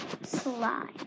slime